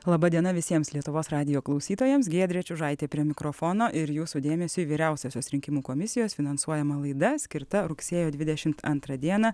laba diena visiems lietuvos radijo klausytojams giedrė čiužaitė prie mikrofono ir jūsų dėmesiui vyriausiosios rinkimų komisijos finansuojama laida skirta rugsėjo dvidešimt antrą dieną